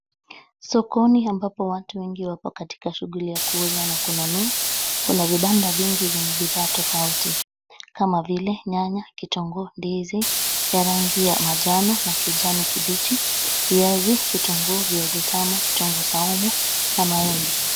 Sokoni ambapo watu wengi wapo katika shughuli ya kuuza na kununua. Kuna vibanda vingi vyenye bidhaa tofauti kama vile nyanya, kitunguu, ndizi ya rangi ya manjano na kijaani kibichi, viazi, kitunguu viazi tamu, kitunguu saumu na mayai.